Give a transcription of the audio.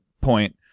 point